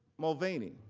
mulvaney.